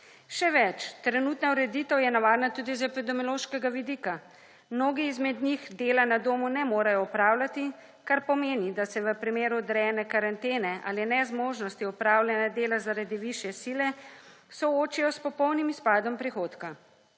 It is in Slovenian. Še več, trenutna ureditev je nevarna tudi z epidemiološkega vidika. Mnogi izmed njih dela na domu ne morejo opravljati, kar pomeni, da se v primeru odrejene karantene ali nezmožnosti opravljanja dela zaradi višje sile soočijo s popolnim izpadom prihodka.